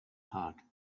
heart